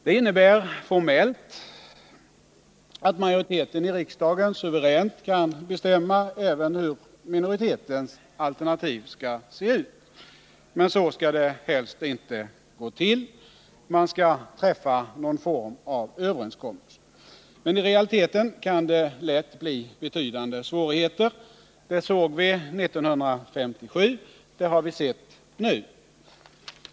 Det innebär formellt att majoriteten i riksdagen suveränt kan bestämma även hur minoritetens alternativ skall se ut. Men så skall det helst inte gå till. Man skall träffa någon form av överenskommelse. Men i realiteten kan det lätt uppstå betydande svårigheter. Det såg vi 1957, och det har vi sett nu.